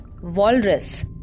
walrus